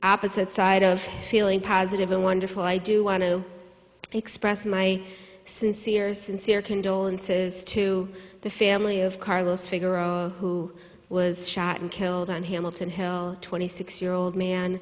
opposite side of feeling positive and wonderful i do want to express my sincere sincere condolences to the family of carlos figure who was shot and killed on hamilton hill twenty six year old man